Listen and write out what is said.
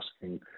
asking